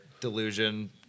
delusion